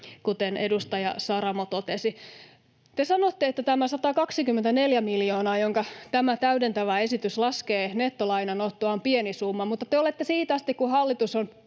kuten edustaja Saramo totesi. Te sanotte, että tämä 124 miljoonaa, jonka tämä täydentävä esitys laskee nettolainanottoa, on pieni summa, mutta te olette siitä asti, kun hallitus on